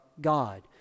God